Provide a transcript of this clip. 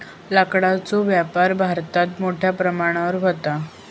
लाकडाचो व्यापार भारतात मोठ्या प्रमाणावर व्हता